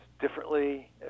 differently